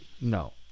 No